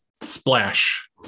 splash